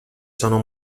sono